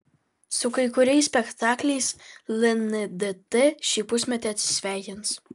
su kai kuriais spektakliais lndt šį pusmetį atsisveikins